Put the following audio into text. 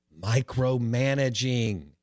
Micromanaging